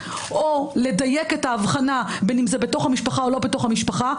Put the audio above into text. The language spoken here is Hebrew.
או לדייק את ההבחנה בין אם זה בתוך המשפחה או לא בתוך המשפחה,